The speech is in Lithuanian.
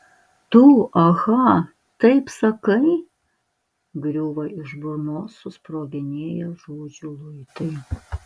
tu aha taip sakai griūva iš burnos susproginėję žodžių luitai